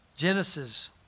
Genesis